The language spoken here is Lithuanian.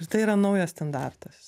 ir tai yra naujas standartas